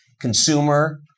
consumer